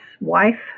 wife